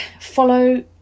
follow